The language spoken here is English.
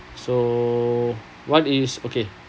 so what is okay